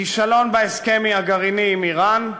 כישלון בהסכם הגרעיני עם איראן,